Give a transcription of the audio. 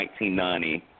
1990